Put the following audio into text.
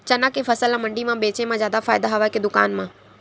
चना के फसल ल मंडी म बेचे म जादा फ़ायदा हवय के दुकान म?